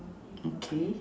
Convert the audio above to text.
okay